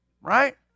Right